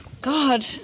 God